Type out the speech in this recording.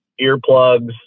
earplugs